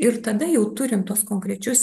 ir tada jau turim tuos konkrečius